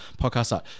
podcast